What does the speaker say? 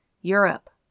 Europe